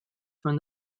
from